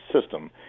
system